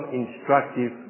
instructive